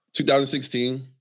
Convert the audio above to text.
2016